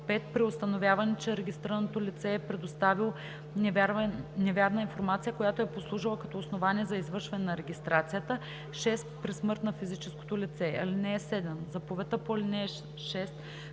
5. при установяване, че регистрираното лице е предоставило невярна информация, която е послужила като основание за извършване на регистрацията; 6. при смърт на физическото лице. (7) Заповедта по ал. 6